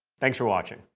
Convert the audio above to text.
thanks for watching.